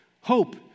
Hope